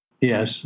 yes